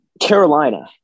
Carolina